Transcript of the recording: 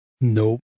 Nope